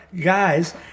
guys